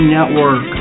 Network